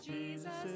Jesus